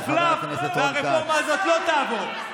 והרפורמה הזאת לא תעבור.